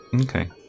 Okay